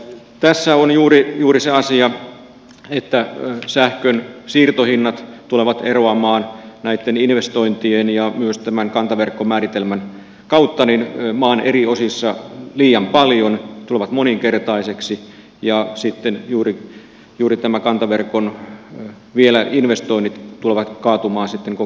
tässä on juuri se asia että sähkön siirtohinnat tulevat eroamaan näitten investointien ja myös tämän kantaverkkomääritelmän kautta maan eri osissa liian paljon tulevat moninkertaisiksi ja sitten juuri kantaverkon investoinnit vielä tulevat kaatumaan sitten koko suomen päälle